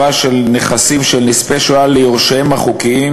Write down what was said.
של נכסים של נספי שואה ליורשיהם החוקיים,